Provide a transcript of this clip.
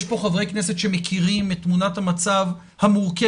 יש פה חברי כנסת שמכירים את תמונת המצב המורכבת